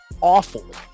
awful